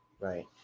right